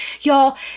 Y'all